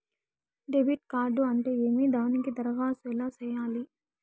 debit card అంటే ఏమి దానికి దరఖాస్తు ఎలా సేయాలి